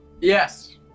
Yes